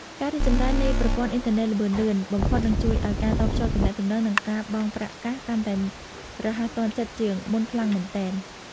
ការរីកចម្រើននៃប្រព័ន្ធអ៊ីនធឺណិតល្បឿនលឿនបំផុតនឹងជួយឱ្យការតភ្ជាប់ទំនាក់ទំនង និង ការបង់ប្រាក់កាសកាន់តែរហ័សទាន់ចិត្តជាងមុនខ្លាំងមែនទែន។